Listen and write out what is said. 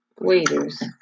Waiters